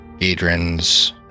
Adrian's